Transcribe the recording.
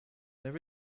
there